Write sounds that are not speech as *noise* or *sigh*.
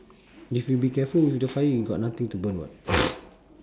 if you be careful with the fire you got nothing to burn [what] *breath*